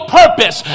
purpose